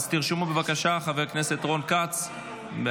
--- אז תרשמו, בבקשה, חבר הכנסת רון כץ, בעד.